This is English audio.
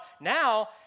Now